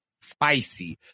spicy